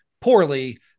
poorly